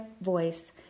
voice